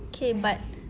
okay but